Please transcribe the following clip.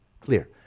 Clear